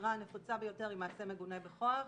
העבירה הנפוצה ביותר היא מעשה מגונה בכוח.